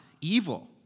evil